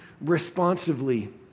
responsively